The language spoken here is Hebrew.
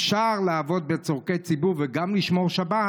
אפשר לעבוד בצורכי ציבור וגם לשמור שבת,